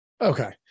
Okay